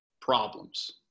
problems